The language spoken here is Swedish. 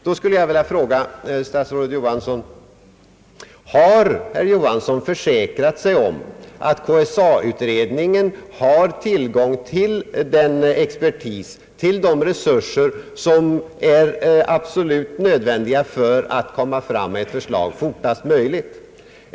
Då skulle jag vilja fråga statsrådet Johansson: Har statsrådet Johans son försäkrat sig om att KSA-utredningen har tillgång till den expertis och de resurser som är absolut nödvändiga för att utredningen skall kunna komma fram med ett förslag fortast möjligt?